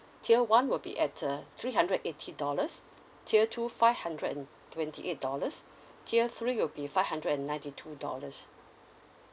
tier one will be at err three hundred eighty dollars tier two five hundred and twenty eight dollars tier three will be five hundred and ninety two dollars